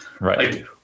Right